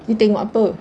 you tengok apa